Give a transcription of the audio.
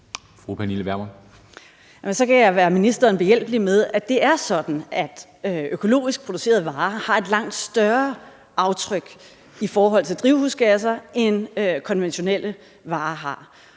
Pernille Vermund (NB): Så kan jeg være ministeren behjælpelig med, at det er sådan, at økologisk producerede varer har et langt større aftryk i forhold til drivhusgasser, end konventionelle varer har.